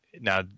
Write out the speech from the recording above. Now